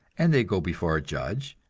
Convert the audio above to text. and they go before a judge,